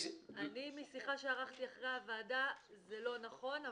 משיחה שערכתי אחרי הוועדה, זה לא נכון.